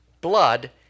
blood